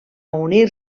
unir